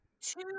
two